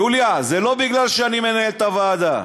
יוליה, זה לא כי אני מנהל את הוועדה.